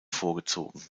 vorgezogen